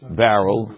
barrel